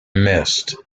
mist